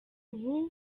ubu